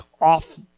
off